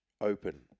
open